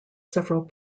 several